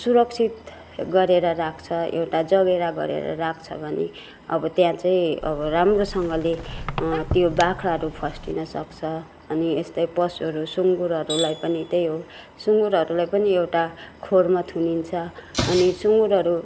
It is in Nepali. सुरक्षित गरेर राख्छ एउटा जगेरा गरेर राख्छ भने अब त्यहाँ चाहिँ अब राम्रोसँगले त्यो बाख्राहरू फस्टिन सक्छ अनि यस्तै पशुहरू सुँगुरहरूलाई पनि त्यही हो सुँगुरहरूलाई पनि एउटा खोरमा थुनिन्छ अनि सुँगुरहरू